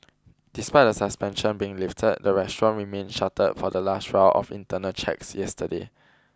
despite the suspension being lifted the restaurant remained shuttered for the last round of internal checks yesterday